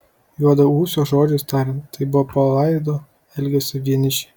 juodaūsio žodžiais tariant tai buvo palaido elgesio vienišė